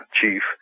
Chief